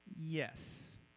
Yes